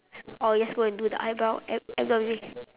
or just go and do the eyebrow em~ embroidery